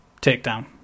Takedown